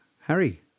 Harry